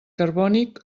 carbònic